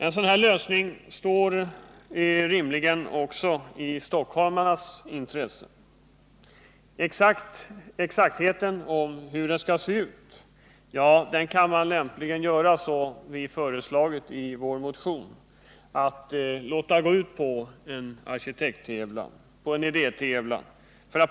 En sådan lösning ligger rimligen också i stockholmarnas intresse. Exakt hur denna lösning skall se ut kan lämpligen, som vi har ”Sreslagit i vår motion, avgöras genom en arkitektoch idétävlan.